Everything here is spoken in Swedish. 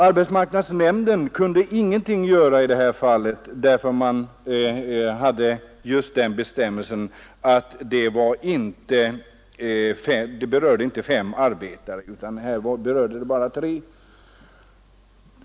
Arbetsmarknadsnämnden ansåg sig inte kunna göra någonting i detta fall, eftersom avskedandena inte berörde minst fem arbetare utan bara tre.